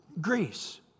Greece